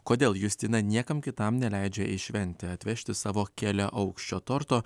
kodėl justina niekam kitam neleidžia į šventę atvežti savo keliaaukščio torto